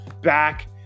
back